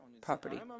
property